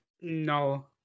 No